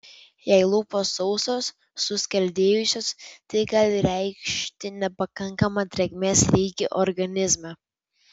jei lūpos sausos suskeldėjusios tai gali reikšti nepakankamą drėgmės lygį organizme